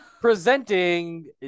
Presenting